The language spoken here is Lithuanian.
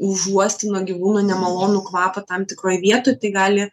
užuosti nuo gyvūno nemalonų kvapą tam tikroj vietoj tai gali